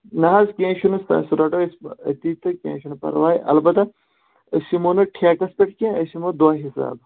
نہَ حظ کیٚنٛہہ چھُنہٕ سُہ رَٹو أسۍ أتی تہٕ کیٚنٛہہ چھُنہٕ پَرواے البتاہ أسۍ یِمو نہٕ ٹھیکَس پٮ۪ٹھ کیٚنٛہہ أسۍ یِمو دۄہ حِساب